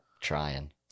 Trying